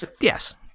yes